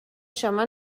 شما